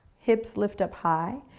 hips lift up high.